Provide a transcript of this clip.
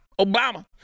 Obama